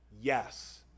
yes